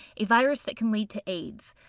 a virus that can lead to aids.